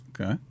Okay